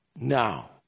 now